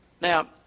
Now